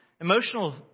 emotional